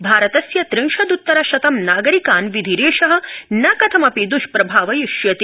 भारतस्य त्रिंशदत्तर शतं नागरिकान् विधिरेष न कथमपि द्ष्प्रभावयिष्यति